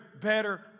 better